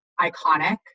iconic